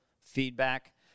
feedback